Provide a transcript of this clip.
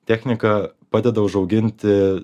technika padeda užauginti